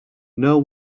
know